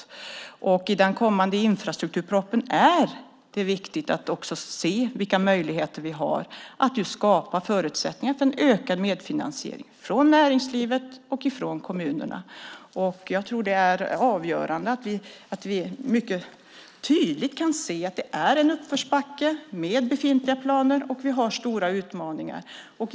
När det gäller den kommande infrastrukturpropositionen är det viktigt att se vilka möjligheter vi har att skapa förutsättningar för en ökad medfinansiering från näringslivet och från kommunerna. Vi kan mycket tydligt se att det är en uppförsbacke med befintliga planer och med stora utmaningar.